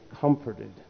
comforted